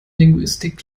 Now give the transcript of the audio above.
linguistic